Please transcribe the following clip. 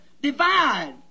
divide